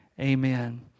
Amen